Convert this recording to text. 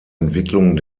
entwicklung